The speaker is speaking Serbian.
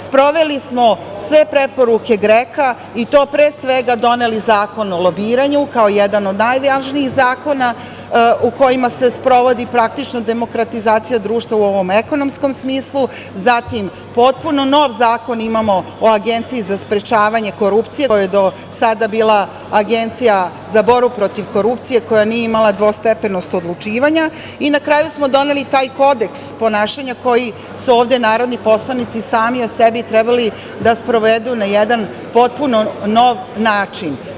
Sproveli smo sve preporuke GREKO-a i to pre svega doneli Zakon o lobiranju kao jedan od najvažnijih zakona u kojima se sprovodi praktično demokratizacija društva u ovom ekonomskom smislu, zatim potpuno nov Zakon imamo o Agenciji za sprečavanje korupcije, koja je do sada bila Agencija za borbu protiv korupcije koja nije imala dvostepenost odlučivanja i na kraju smo doneli taj Kodeks ponašanja koji su ovde narodni poslanici sami o sebi trebali da sprovedu na jedan potpuno nov način.